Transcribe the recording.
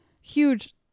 huge